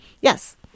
Yes